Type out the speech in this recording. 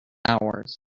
hours